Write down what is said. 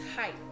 height